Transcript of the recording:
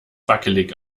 wackelig